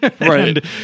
Right